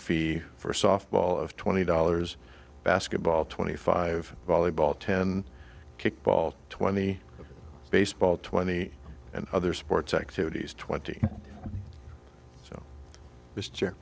fee for softball of twenty dollars basketball twenty five volleyball ten kickball twenty baseball twenty and other sports activities twenty so this